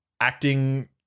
acting